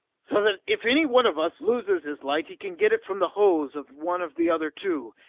so that if any one of us loses his light he can get it from the hose of one of the other two.